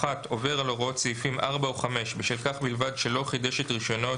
(1)עובר על הוראות סעיפים 4 או 5 בשל כך בלבד שלא חידש את רישיונו או